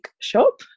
shop